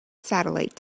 satellite